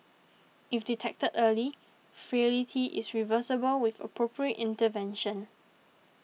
if detected early frailty is reversible with appropriate intervention